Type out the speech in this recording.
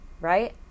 Right